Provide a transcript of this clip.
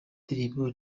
ndirimbo